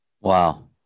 Wow